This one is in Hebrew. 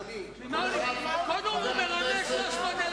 אדוני, ממה הוא נפגע?